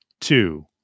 two